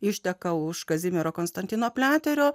išteka už kazimiero konstantino pliaterio